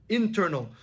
internal